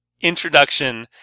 introduction